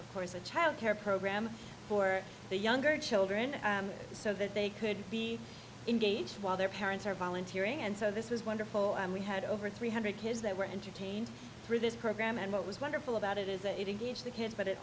of course a child care program for the younger children so that they could be engaged while their parents are volunteering and so this was wonderful and we had over three hundred kids that were entertained through this program and what was wonderful about it is that it against the kids but it